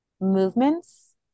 movements